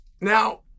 Now